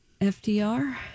FDR